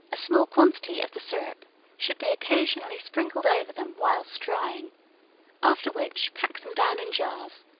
a small quantity of the syrup should be occasionally sprinkled over them whilst drying after which, pack them down in jars,